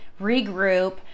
regroup